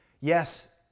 Yes